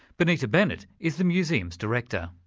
bonita bennett is the museum's director.